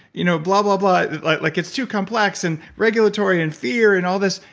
you know blah, blah, blah. like like it's too complex and regulatory and fear and all this.